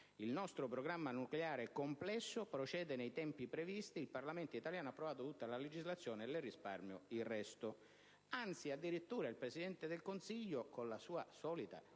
Il nostro programma nucleare è complesso, procede nei tempi previsti. Il Parlamento italiano ha approvato tutta la legislazione...». E vi risparmio il resto. Anzi, addirittura il Presidente del Consiglio, con la sua solita,